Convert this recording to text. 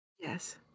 yes